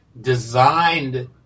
designed